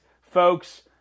folks